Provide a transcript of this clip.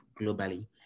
globally